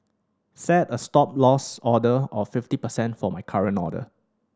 set a Stop Loss order of fifty percent for my current order